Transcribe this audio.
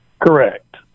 Correct